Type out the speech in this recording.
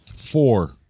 Four